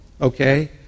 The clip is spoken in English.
Okay